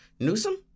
Newsom